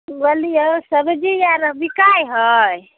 पुछलिए सब्जी आओर बिकाइ हइ